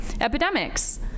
epidemics